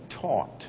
taught